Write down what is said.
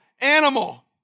animal